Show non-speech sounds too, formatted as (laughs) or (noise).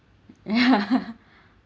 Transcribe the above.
ya (laughs) (breath)